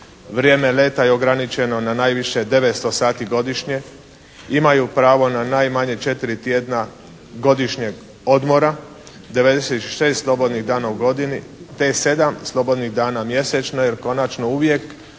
Vrijeme leta je ograničeno na najviše 900 sati godišnje. Imaju pravo na najmanje 4 tjedna godišnjeg odmora. 96 slobodnih dana u godini, te 7 slobodnih dana mjesečno jer konačno uvijek